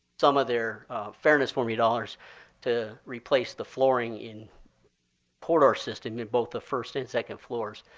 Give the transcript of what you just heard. some of their fairness formula dollars to replace the flooring in porter system in both the first and second floors.